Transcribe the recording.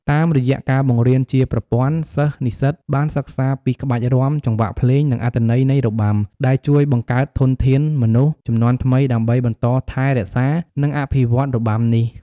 តាមរយៈការបង្រៀនជាប្រព័ន្ធ សិស្សនិស្សិតបានសិក្សាពីក្បាច់រាំ ចង្វាក់ភ្លេង និងអត្ថន័យនៃរបាំ ដែលជួយបង្កើតធនធានមនុស្សជំនាន់ថ្មីដើម្បីបន្តថែរក្សា និងអភិវឌ្ឍន៍របាំនេះ។